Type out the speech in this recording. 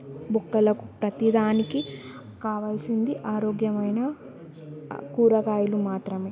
బొక్కలకు ప్రతీ దానికీ కావల్సింది ఆరోగ్యమైన కూరగాయలు మాత్రమే